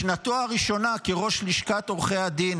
בשנתו הראשונה כראש לשכת עורכי הדין,